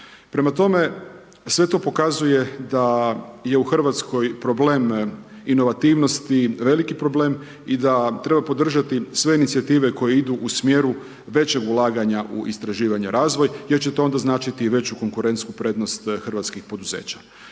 Prema tome, sve to pokazuje da je u Hrvatskoj problem inovativnosti veliki problem i da treba podržati sve inicijative koje idu u smjeru većeg ulaganja u istraživanje i razvoj jer će to onda značiti i veću konkurentnu prednost hrvatskih poduzeća.